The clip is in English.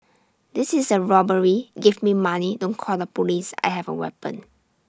this is A robbery give me money don't call the Police I have A weapon